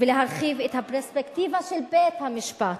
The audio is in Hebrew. ולהרחיב את הפרספקטיבה של בית-המשפט,